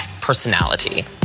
personality